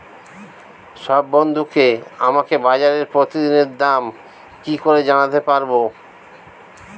সব বন্ধুকে আমাকে বাজারের প্রতিদিনের দাম কি করে জানাতে পারবো?